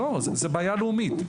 זאת בעיה לאומית.